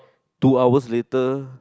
two hours later